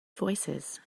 voicesand